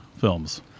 films